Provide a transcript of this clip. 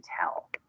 tell